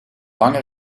lange